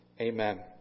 Amen